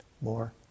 More